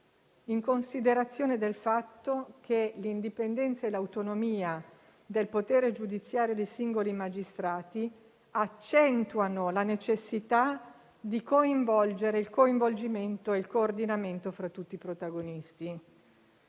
in considerazione del fatto che l'indipendenza e l'autonomia del potere giudiziario dei singoli magistrati accentuano la necessità del coinvolgimento e del coordinamento fra tutti i protagonisti.